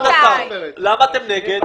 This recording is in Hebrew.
למה אתם נגד?